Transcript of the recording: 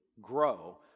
grow